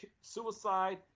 suicide